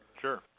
Sure